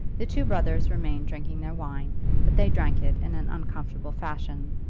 the two brothers remained drinking their wine, but they drank it in an uncomfortable fashion,